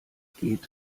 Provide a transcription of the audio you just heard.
geht